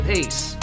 Pace